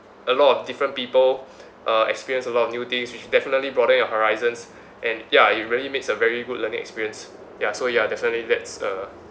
a lot of different people uh experience a lot of new things which definitely broaden your horizons and ya it really makes a very good learning experience ya so ya definitely that's a